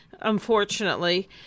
unfortunately